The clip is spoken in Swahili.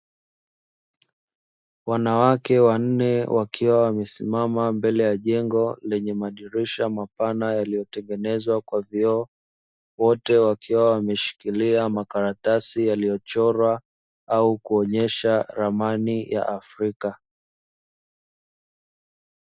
Wanawake wanne wakiwa wamesimama mbele jengo lenye madirisha mapana yaliyotengenezwa kwa vioo. Wote wakiwa wameshikilia makaratasi yaliyochorwa au kuonyesha ramani ya Afrika.